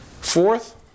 Fourth